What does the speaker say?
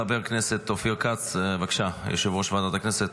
חבר הכנסת אופיר כץ, בבקשה, יושב-ראש ועדת הכנסת,